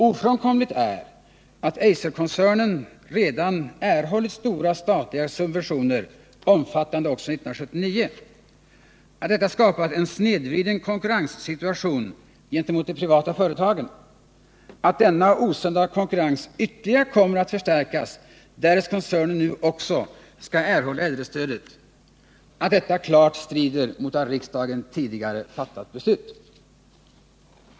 Ofrånkomligt är, att Eiserkoncernen redan erhållit stora statliga subventioner omfattande också 1979, att detta skapat en snedvriden konkurrenssituation gentemot de privata företagen, att denna osunda konkurrens ytterligare kommer att förstärkas, därest koncernen nu också skall erhålla äldrestödet, och att detta klart strider mot av riksdagen tidigare fattat beslut.